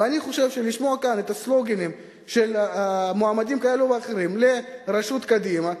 לשמוע כאן את הסלוגנים של מועמדים כאלה ואחרים לראשות קדימה,